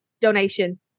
donation